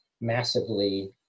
massively